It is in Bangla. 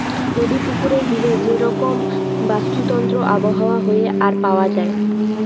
নদি, পুকুরে, বিলে যে রকম বাস্তুতন্ত্র আবহাওয়া হ্যয়ে আর পাওয়া যায়